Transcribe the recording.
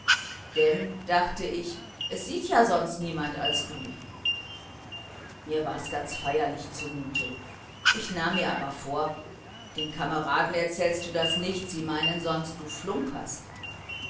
denn dachte ich es sieht's ja sonst niemand als du mir war's ganz feierlich zumute ich nahm mir aber vor den kameraden erzählst du das nicht sie meinen sonst du flunkerst